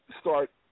start